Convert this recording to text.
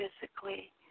physically